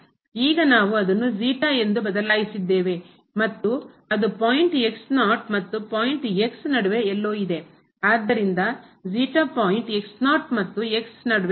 ಈಗ ನಾವು ಅದನ್ನು ಎಂದು ಬದಲಾಯಿಸಿದ್ದೇವೆ ಮತ್ತು ಅದು ಪಾಯಿಂಟ್ ಮತ್ತು ಪಾಯಿಂಟ್ ನಡುವೆ ಎಲ್ಲೋ ಇದೆ ಆದ್ದರಿಂದ ಪಾಯಿಂಟ್ ಮತ್ತು ನಡುವೆ ಇದೆ